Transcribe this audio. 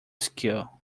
skill